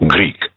Greek